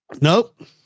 Nope